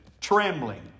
trembling